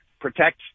protect